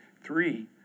Three